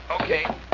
Okay